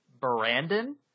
Brandon